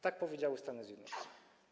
Tak powiedziały Stany Zjednoczone.